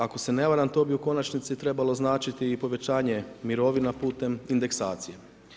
Ako se ne varam to bi u konačnici trebalo značiti i povećanje mirovina putem indeksaciju.